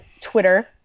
Twitter